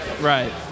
right